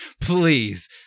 please